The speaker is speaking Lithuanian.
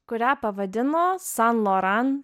kurią pavadino san loran